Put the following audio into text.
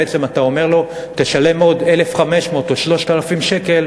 בעצם אתה אומר לו: תשלם עוד 1,500 או 3,000 שקל